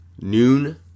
noon